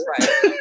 Right